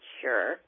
sure